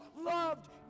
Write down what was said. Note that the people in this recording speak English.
loved